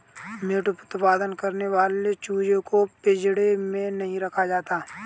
meet उत्पादन करने वाले चूजे को पिंजड़े में नहीं रखा जाता